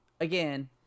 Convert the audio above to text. Again